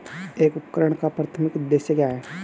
एक उपकरण का प्राथमिक उद्देश्य क्या है?